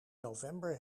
november